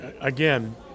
again